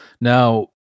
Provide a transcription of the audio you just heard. Now